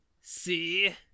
See